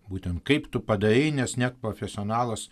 būtent kaip tu padarei nes net profesionalas